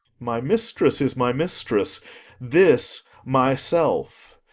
my mistress is my mistress this my self,